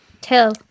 tell